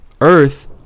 Earth